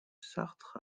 sarthe